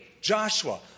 Joshua